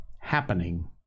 happening